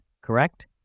correct